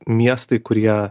miestai kurie